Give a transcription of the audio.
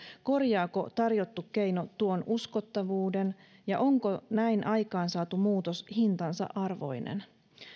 korjaako tarjottu keino tuon uskottavuuden onko näin aikaansaatu muutos hintansa arvoinen